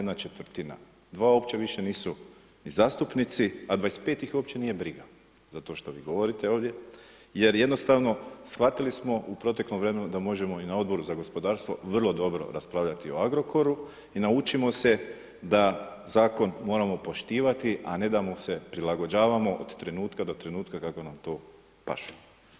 Dva uopće više nisu ni zastupnici, a 25 ih uopće nije briga za to što vi govorite ovdje jer jednostavno shvatili smo u proteklom vremenu da možemo i na Odboru za gospodarstvo vrlo dobro raspravljati o Agrokoru i naučimo se da Zakon moramo poštivati, a ne da mu se prilagođavamo od trenutka do trenutka kako nam to paše.